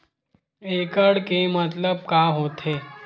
एकड़ के मतलब का होथे?